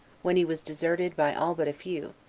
when he was deserted by all but a few,